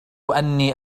أني